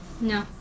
No